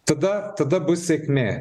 tada tada bus sėkmė